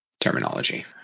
Terminology